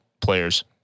players